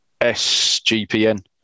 SGPN